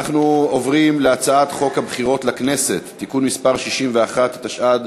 הודעה למזכירת הכנסת, בבקשה.